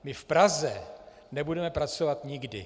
My v Praze nebudeme pracovat nikdy.